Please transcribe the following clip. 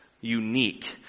Unique